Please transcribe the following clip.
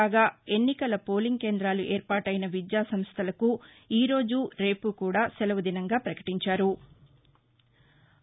కాగా ఎన్నికల పోలింగ్ కేంద్రాలు ఏర్పాటైన విద్యాసంస్థలకు ఈ రోజు రేవు కూడా సెలవు దినంగా పకటించారు